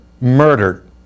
murdered